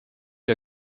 der